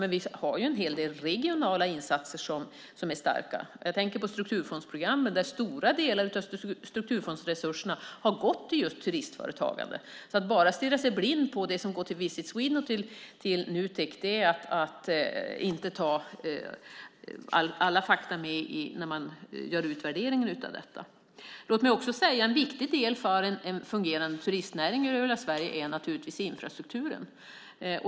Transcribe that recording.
Men vi har en hel del regionala insatser som är starka också. Jag tänker på strukturfondsprogrammet, där stora delar av strukturfondsresurserna har gått till just turistföretagandet. Att bara stirra sig blind på det som går till Visit Sweden och Nutek är att inte ta med alla fakta när man gör utvärderingen av detta. En viktig del för en fungerande turistnäring i Sverige är naturligtvis infrastrukturen.